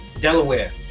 delaware